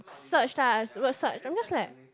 searched lah word search I'm just like